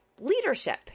leadership